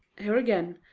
here, again,